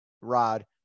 Rod